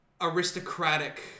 aristocratic